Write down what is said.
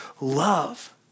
love